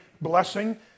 blessing